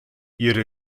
ihre